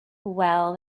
well